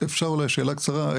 אפשר אולי שאלה קצרה,